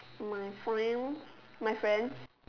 my friends my friends